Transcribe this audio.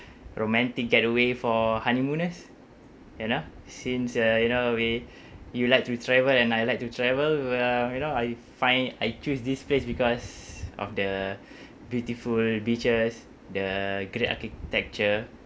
romantic getaway for honeymooners you know since uh you know we you like to travel and I like to travel well you know I find I choose this place because of the beautiful beaches the great architecture